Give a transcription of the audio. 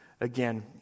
again